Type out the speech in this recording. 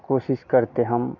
कोशिश करते हम